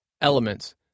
elements